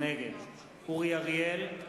נגד אורי אריאל,